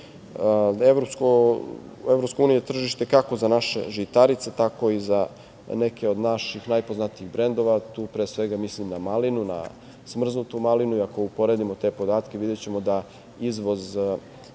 Evropska unija je tržište kako za naše žitarice tako i za neke od naših najpoznatijih brendova, tu pre svega mislim na malinu, na smrznutu malinu, i ako uporedimo te podatke videćemo da izvoz